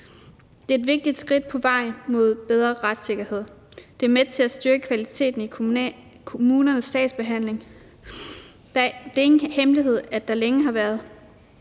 Det er et vigtigt skridt på vej mod bedre retssikkerhed. Det er med til at styrke kvaliteten i kommunernes sagsbehandling. Det er ingen hemmelighed, at der længe har været